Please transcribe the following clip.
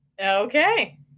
Okay